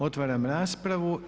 Otvaram raspravu.